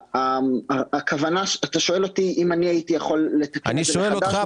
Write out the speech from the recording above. אתה שואל אותי אם אני הייתי יכול --- אני שואל אותך.